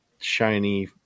shiny